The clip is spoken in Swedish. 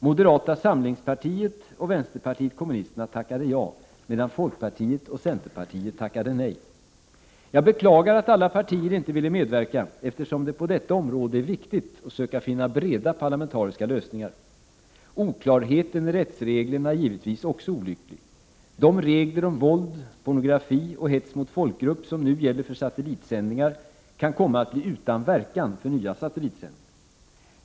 Moderata samlingspartiet och vänsterpartiet kommunisterna tackade ja, medan folkpartiet och centerpartiet tackade nej. Jag beklagar att alla partier inte ville medverka, eftersom det på detta område är viktigt att söka finna breda parlamentariska lösningar. Oklarheten i rättsreglerna är givetvis också olycklig; de regler om våld, pornografi och hets mot folkgrupp som nu gäller för satellitsändningar kan komma att bli utan verkan för nya satellitsändningar.